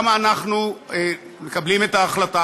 גם אנחנו מקבלים את ההחלטה,